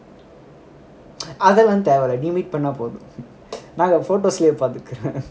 அதுலாம் தேவை இல்ல நீ மீட் பண்ணா போதும் நாங்க போட்டோஸ் லேயே பார்த்துக்குறோம்:adhulam thevai illa nee meet panna pothum naanga photos leye parthurukom